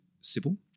civil